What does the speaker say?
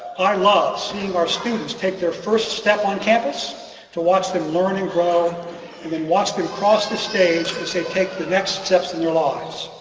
i love seeing our students take their first step on campus to watch them learn and grow and then watch them cross the stage as they take the next steps in their lives.